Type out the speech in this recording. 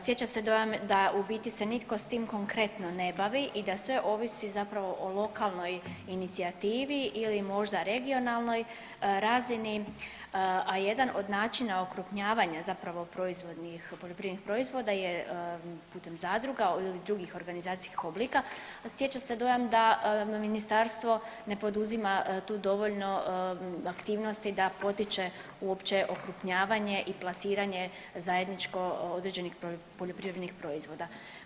Stječe se dojam da u biti se nitko konkretno ne bavi i da sve ovisi zapravo o lokalnoj inicijativi ili možda regionalnoj razini, a jedan od načina okrupnjavanja proizvodnih poljoprivrednih proizvoda je putem zadruga ili drugih organizacijskih oblika, stječe se dojam da ministarstvo ne poduzima tu dovoljno aktivnosti da potiče uopće okrupnjavanje i plasiranje zajedničko određenih poljoprivrednih proizvoda.